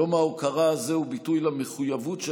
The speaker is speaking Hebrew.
יום ההוקרה הזה הוא ביטוי למחויבות של